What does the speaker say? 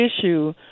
issue